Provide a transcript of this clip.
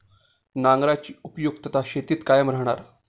नांगराची उपयुक्तता शेतीत कायम राहणार